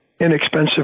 inexpensive